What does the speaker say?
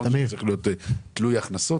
נכון שזה צריך להיות גם תלוי הכנסות,